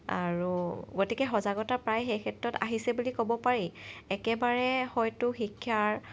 আৰু গতিকে সজাগতা প্ৰায় সেই ক্ষেত্ৰত আহিছে বুলি ক'ব পাৰি একেবাৰে হয়তো শিক্ষাৰ